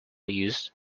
used